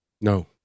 No